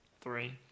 Three